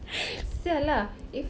!siala! if